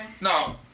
No